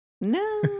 No